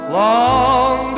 long